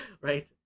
right